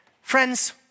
Friends